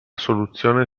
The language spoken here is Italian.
soluzione